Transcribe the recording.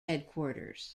headquarters